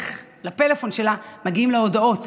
איך לפלאפון שלה מגיעות הודעות: